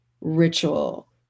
ritual